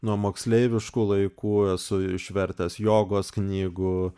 nuo moksleiviškų laikų esu išvertęs jogos knygų